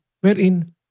wherein